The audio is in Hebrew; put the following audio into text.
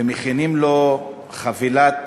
ומכינים לו חבילת